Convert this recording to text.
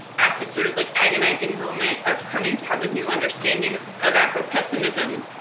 at the sort of, like, agonizing moment of coming to have a new understanding of of afropessimism,